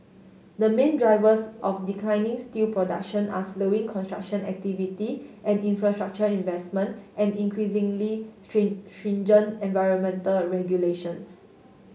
the main drivers of declining steel production are slowing construction activity and infrastructure investment and increasingly stringent environmental regulations